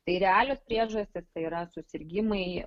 tai realios priežastys tai yra susirgimai